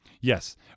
Yes